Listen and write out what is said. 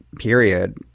Period